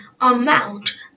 amount